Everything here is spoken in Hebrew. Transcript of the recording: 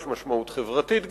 יש להם משמעות חברתית גדולה.